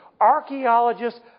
archaeologists